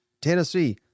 Tennessee